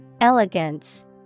Elegance